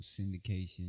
syndication